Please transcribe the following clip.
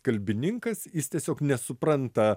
kalbininkas jis tiesiog nesupranta